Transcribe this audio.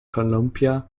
columbia